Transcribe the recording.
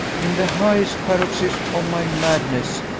in the highest paroxysm of my madness,